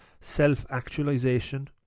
self-actualization